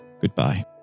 goodbye